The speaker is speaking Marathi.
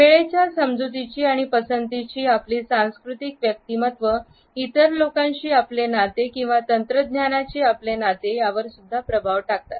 वेळेच्या समजुतीची आणि पसंतीची आपली संस्कृतिक व्यक्तिमत्व इतर लोकांशी आपले नाते किंवा तंत्रज्ञानाची आपले नाते यावर सुद्धा प्रभाव टाकतात